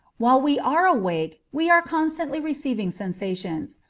while we are awake we are constantly receiving sensations,